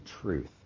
truth